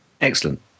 excellent